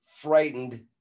frightened